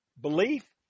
belief